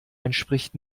entspricht